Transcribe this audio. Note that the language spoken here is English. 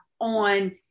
on